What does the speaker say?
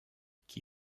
qui